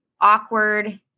awkward